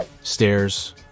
stairs